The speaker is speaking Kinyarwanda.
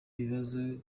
ikibazo